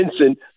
Vincent